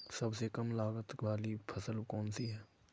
सबसे कम लागत वाली फसल कौन सी है?